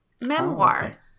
memoir